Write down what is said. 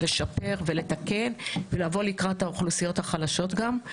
לשפר ולתקן ולבוא גם לקראת האוכלוסיות החלשות.